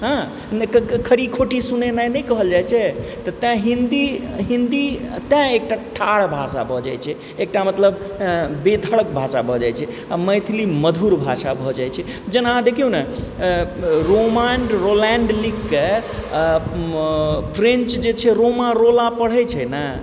हँ नहि तऽ खरी खोटि सुनेनाइ नहि कहल जाइत छै तैं हिन्दी तैं एकटा ठार भाषा भऽ जाइत छै एकटा मतलब बेधड़क भाषा भऽ जाइत छै आ मैथिली मधुर भाषा भऽ जाइत छै जेना अहाँ देखिओ न रोमन्ड रोलैण्ड लिखके फ्रेन्च जे छै रोमा रोला पढ़य छै न